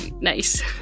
nice